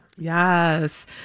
Yes